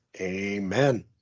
Amen